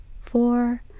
four